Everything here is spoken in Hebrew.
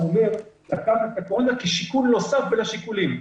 הוא אומר לקחת את הקורונה כשיקול נוסף בין השיקולים.